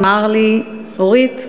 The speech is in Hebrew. אמר לי: אורית,